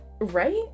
Right